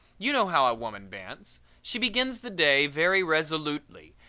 you know how a woman bants. she begins the day very resolutely,